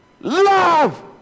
love